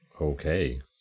Okay